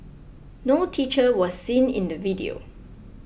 no teacher was seen in the video